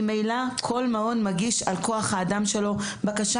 ממילא כל מעון מגיש לגבי כוח האדם שלו בקשה